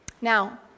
Now